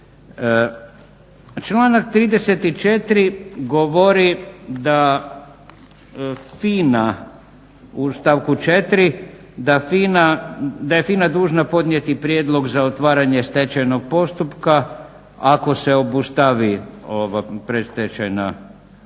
stavku 4., da je FINA dužna podnijeti prijedlog za otvaranje stečajnog postupka ako se obustavi ova predstečajna nagodba.